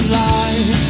lie